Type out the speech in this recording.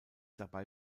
dabei